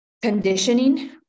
Conditioning